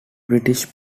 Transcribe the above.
british